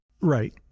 Right